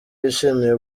bishimiye